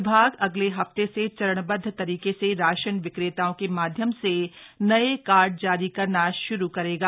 विभाग अगले हफ्ते से चरणबद्व तरीके से राशन विक्रेताओं के माध्यम से नए कार्ड जारी करना शुरू करेगा